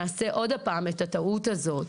נעשה עד פעם את הטעות הזאת.